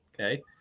Okay